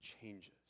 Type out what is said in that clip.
changes